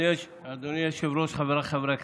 אדוני היושב-ראש, חבריי חברי הכנסת,